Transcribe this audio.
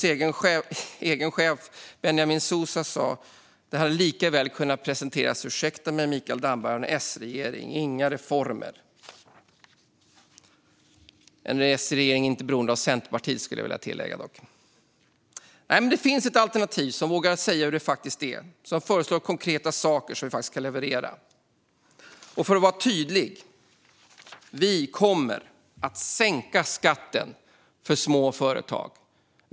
Som Timbros chef Benjamin Dousa sa hade denna budget likaväl kunnat presenteras - ursäkta mig, Mikael Damberg - av en S-regering. Det görs inga reformer. Jag skulle dock vilja tillägga: en S-regering som inte är beroende av Centerpartiet. Det finns ett alternativ som vågar säga hur det faktiskt är och som föreslår konkreta saker som vi kan leverera. För att vara tydlig: Vi kommer att sänka skatten för småföretag.